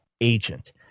agent